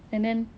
and then